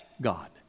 God